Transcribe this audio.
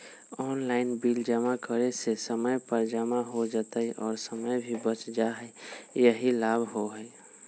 Online bill जमा करे से समय पर जमा हो जतई और समय भी बच जाहई यही लाभ होहई?